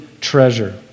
treasure